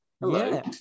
Hello